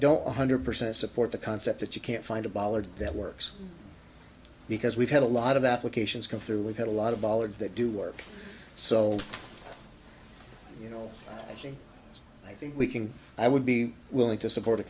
don't one hundred percent support the concept that you can't find a bollard that works because we've had a lot of applications come through we've had a lot of dollars that do work so you know i think we can i would be willing to support a